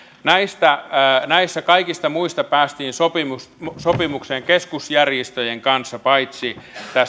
näistä kaikista muista päästiin sopimukseen keskusjärjestöjen kanssa paitsi